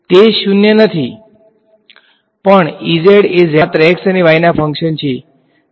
તે શૂન્ય નથી પણ એ z નું ફંક્શન નથી અમે કહ્યું કે બધા માત્ર x અને y ના ફંક્શન છે